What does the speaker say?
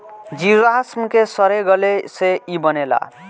जीवाश्म के सड़े गले से ई बनेला